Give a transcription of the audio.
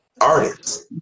artists